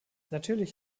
natürlich